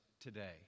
today